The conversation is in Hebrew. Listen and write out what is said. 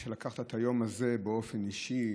לקחת את היום הזה באופן אישי,